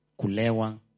kulewa